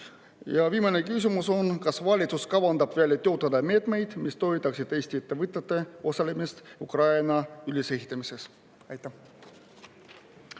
Ja viimane küsimus on: kas valitsus kavandab välja töötada meetmeid, mis toetaksid Eestit ettevõtete osalemist Ukraina ülesehitamises? Aitäh!